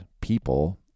people